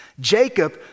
Jacob